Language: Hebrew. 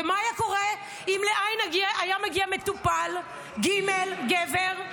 ומה היה קורה אם לע' היה מגיע מטופל ג', גבר?